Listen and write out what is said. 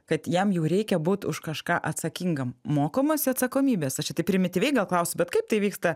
kad jam jau reikia būt už kažką atsakingam mokomasi atsakomybės aš čia taip primityviai klausiu bet kaip tai vyksta